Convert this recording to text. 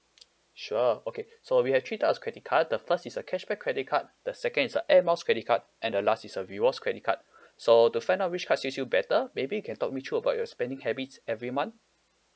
sure okay so we actually does a credit card the first is a cashback credit card the second is a airmiles credit card and the last is a rewards credit card so to find out which card suits you better maybe you can talk me through about your spending habits every month